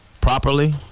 properly